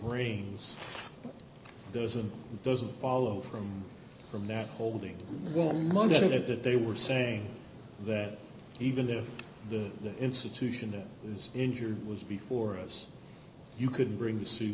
brains doesn't doesn't follow from from that holding going most of it that they were saying that even if the institution was injured was before us you could bring the suit